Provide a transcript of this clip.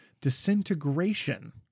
disintegration